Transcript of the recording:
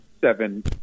seven